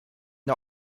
der